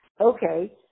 Okay